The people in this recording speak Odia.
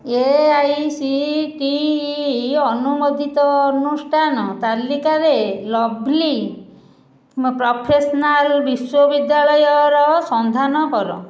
A I C T E ଅନୁମୋଦିତ ଅନୁଷ୍ଠାନ ତାଲିକାରେ ଲଭ୍ଲି ପ୍ରଫେସନାଲ୍ ବିଶ୍ୱବିଦ୍ୟାଳୟର ସନ୍ଧାନ କର